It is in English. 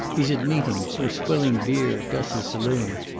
he's at meetings, or swilling beer at gus's saloon.